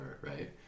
right